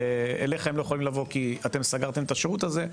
ואליכם לא יכולים לבוא כי אתם סגרתם את השירות הזה,